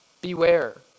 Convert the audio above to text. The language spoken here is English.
Beware